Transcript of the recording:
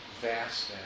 vast